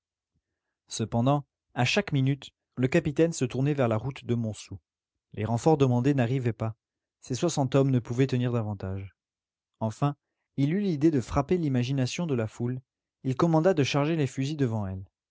cependant à chaque minute le capitaine se tournait vers la route de montsou les renforts demandés n'arrivaient pas ses soixante hommes ne pouvaient tenir davantage enfin il eut l'idée de frapper l'imagination de la foule il commanda de charger les fusils devant elle